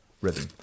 rhythm